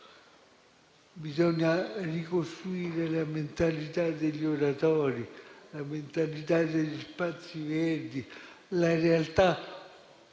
Bisogna ricostruire la mentalità degli oratori e degli spazi verdi, la realtà